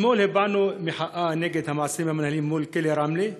אתמול הבענו מחאה נגד המעצרים המינהליים מול כלא רמלה,